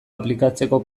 aplikatzeko